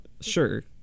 sure